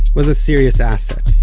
was a serious asset.